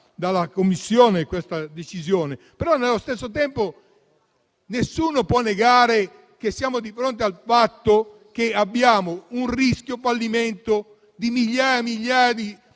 dalla Commissione. Però, nello stesso tempo, nessuno può negare che siamo di fronte al fatto che abbiamo un rischio fallimento di migliaia e migliaia di